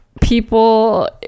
people